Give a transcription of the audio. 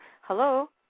Hello